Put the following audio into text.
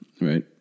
right